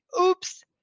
oops